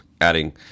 Adding